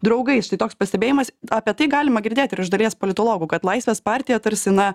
draugais štai toks pastebėjimas apie tai galima girdėt ir iš dalies politologų kad laisvės partija tarsi na